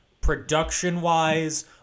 production-wise